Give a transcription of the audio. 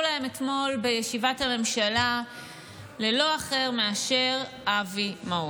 להן אתמול בישיבת הממשלה ללא אחר מאשר אבי מעוז.